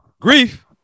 Grief